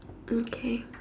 okay